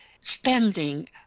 spending